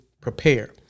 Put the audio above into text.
prepare